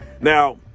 Now